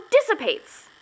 dissipates